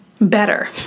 better